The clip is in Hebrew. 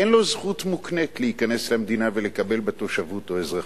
אין לו זכות מוקנית להיכנס למדינה ולקבל בה תושבות או אזרחות,